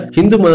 Hindu